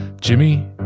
Jimmy